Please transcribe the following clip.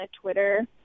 Twitter